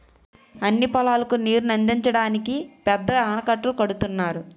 అన్ని పొలాలకు నీరుని అందించడానికి పెద్ద ఆనకట్టలు కడుతున్నారు